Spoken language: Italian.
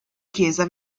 chiesa